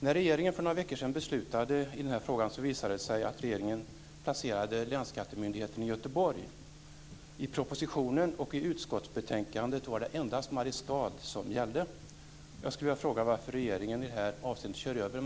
När regeringen för några veckor sedan beslutade i frågan visade det sig att den placerade länsskattemyndigheten i Göteborg. I propositionen och i utskottsbetänkandet var det endast Mariestad som gällde.